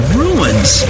ruins